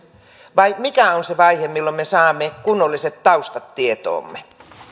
vai mikä on se vaihe jolloin me saamme kunnolliset taustat tietoomme